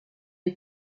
est